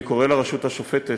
אני קורא לרשות השופטת,